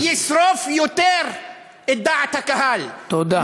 הם התחרו ביניהם מי ישרוף יותר את דעת הקהל, תודה.